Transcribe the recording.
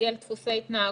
ולסגל דפוסי התנהגות.